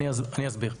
אני אסביר.